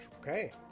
okay